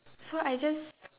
so I just